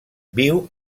viu